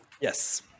Yes